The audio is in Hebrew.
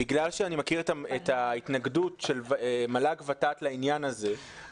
בגלל שאני מכיר את ההתנגדות של מל"ג ות"ת לעניין הזה,